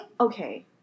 okay